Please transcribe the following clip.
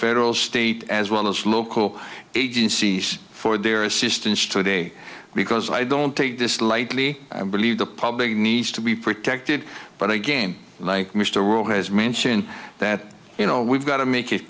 federal state as well as local agencies for their assistance today because i don't take this lightly i believe the public needs to be protected but again like mr world has mentioned that you know we've got to make it